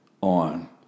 on